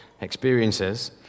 experiences